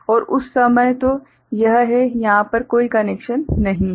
और उस समय तो यह है यहाँ पर कोई कनैक्शन नहीं है